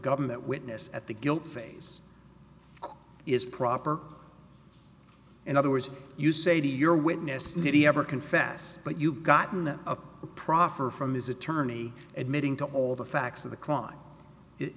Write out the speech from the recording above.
government witness at the guilt phase is proper in other words you say to your witness need he ever confessed but you've gotten a proffer from his attorney admitting to all the facts of the crime it